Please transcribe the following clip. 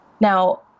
Now